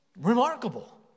remarkable